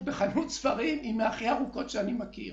בחנות ספרים היא מהיותר ארוכות שאני מכיר,